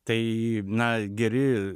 tai na geri